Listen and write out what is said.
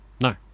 No